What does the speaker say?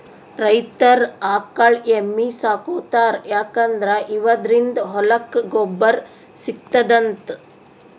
ರೈತರ್ ಆಕಳ್ ಎಮ್ಮಿ ಸಾಕೋತಾರ್ ಯಾಕಂದ್ರ ಇವದ್ರಿನ್ದ ಹೊಲಕ್ಕ್ ಗೊಬ್ಬರ್ ಸಿಗ್ತದಂತ್